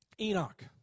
Enoch